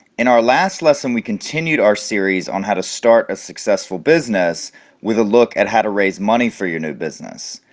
in our last lesson we continued our series on how to start a successful business with a look at how to raise money for your new business.